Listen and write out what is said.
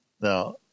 Now